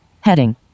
Heading